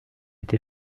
été